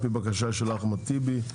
על פי בקשה של אחמד טיבי,